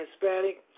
Hispanic